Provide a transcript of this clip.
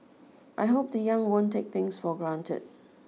I hope the young won't take things for granted